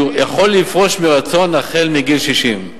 יכול לפרוש מרצון החל בגיל 60,